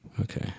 Okay